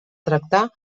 tractar